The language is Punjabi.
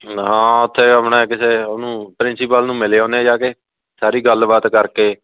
ਹਾਂ ਅਤੇ ਆਪਣੇ ਕਿਸੇ ਉਹਨੂੰ ਪ੍ਰਿੰਸੀਪਲ ਨੂੰ ਮਿਲ ਆਉਂਦੇ ਜਾ ਕੇ ਸਾਰੀ ਗੱਲਬਾਤ ਕਰਕੇ